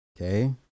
okay